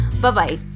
bye-bye